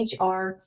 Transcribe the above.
HR